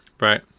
right